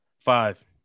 five